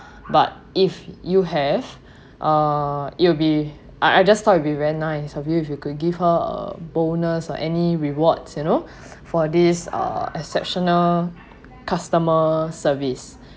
but if you have uh it'll be I I just thought it will be very nice of you if you could give her uh bonus or any rewards you know for this uh exceptional customer service